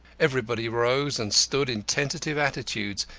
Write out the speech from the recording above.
everybody rose and stood in tentative attitudes,